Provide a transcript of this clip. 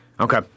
Okay